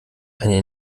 eine